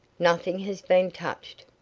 nothing has been touched.